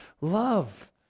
love